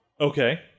Okay